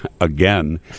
again